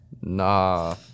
Nah